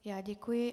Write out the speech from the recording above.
Já děkuji.